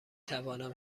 توانم